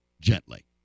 gently